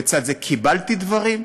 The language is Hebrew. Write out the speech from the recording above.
לצד זה קיבלתי דברים,